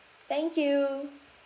thank you